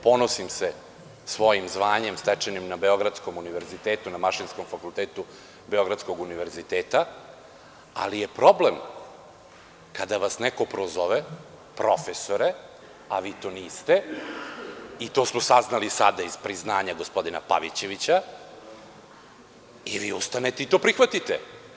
Ponosim se svojim zvanjem stečenim na Beogradskom univerzitetu, na Mašinskom fakultetu Beogradskog univerziteta, ali je problem kada vas neko prozove – profesore, a vi to niste i to smo saznali sada iz priznanja gospodina Pavićevića i vi ustanete i to prihvatite.